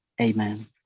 Amen